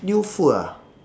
new food ah